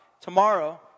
tomorrow